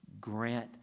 Grant